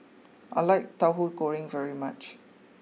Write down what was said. I like Tahu Goreng very much